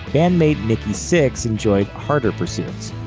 bandmate nikki sixx enjoyed harder pursuits.